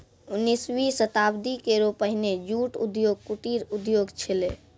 उन्नीसवीं शताब्दी केरो पहिने जूट उद्योग कुटीर उद्योग छेलय